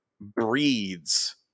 breeds